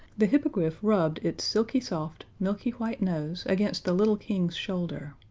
the hippogriff rubbed its silky-soft, milky white nose against the little king's shoulder,